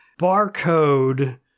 barcode